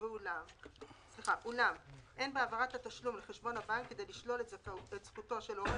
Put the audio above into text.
זה אומר חודש לאחר מכן, הוא יהיה זכאי למענק